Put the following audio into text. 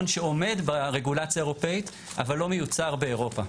שעומד ברגולציה האירופית אבל לא מיוצר באירופה.